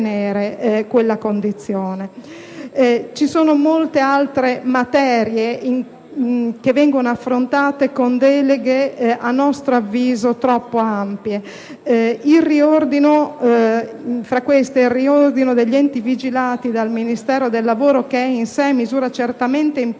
Ci sono molte altre materie che vengono affrontate con deleghe, a nostro avviso, troppo ampie: tra queste, il riordino degli enti vigilati dal Ministero del lavoro, che è in sé misura certamente